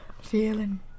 feeling